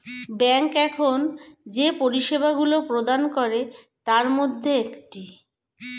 bank এখন যে পরিষেবাগুলি প্রদান করে তার মধ্যে একটি